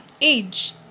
age